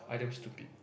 I damn stupid